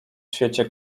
świecie